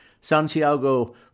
Santiago